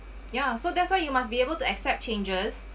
ya so that's why you must be able to accept changes